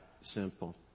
simple